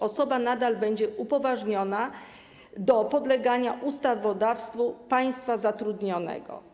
Osoba nadal będzie upoważniona do podlegania ustawodawstwu państwa zatrudniającego.